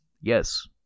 Yes